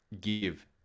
Give